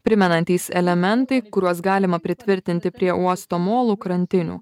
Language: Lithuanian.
primenantys elementai kuriuos galima pritvirtinti prie uosto molų krantinių